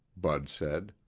bud said.